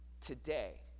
today